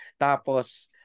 Tapos